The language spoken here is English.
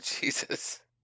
Jesus